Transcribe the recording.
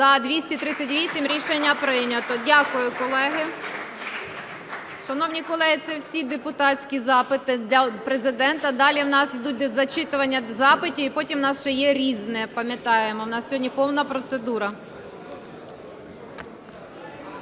За-238 Рішення прийнято. Дякую, колеги. Шановні колеги, це всі депутатські запити до Президента. Далі в нас ідуть для зачитування запити і потім в нас ще є "Різне", пам’ятаємо, у нас сьогодні повна процедура.